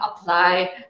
apply